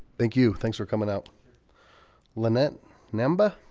thank you. thanks for coming out lynette mnemba